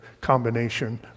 combination